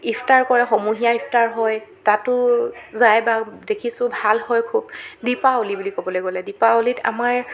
ইফতাৰ কৰে সমূহীয়া ইফতাৰ হয় তাতো যায় বা দেখিছো ভাল হয় খুব দিপাৱলী বুলি ক'বলৈ গ'লে দিপাৱলীত আমাৰ